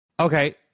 Okay